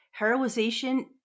Heroization